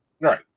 Right